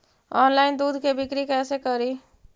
Online दुध के बिक्री कैसे करि?